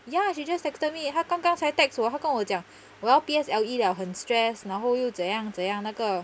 ya she just texted me 她刚刚才 text 我她跟我讲我要 P_S_L_E 了很 stress 然后又怎样怎样那个